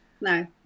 No